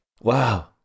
Wow